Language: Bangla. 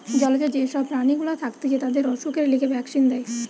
জলজ যে সব প্রাণী গুলা থাকতিছে তাদের অসুখের লিগে ভ্যাক্সিন দেয়